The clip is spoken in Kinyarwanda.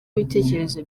ibitekerezo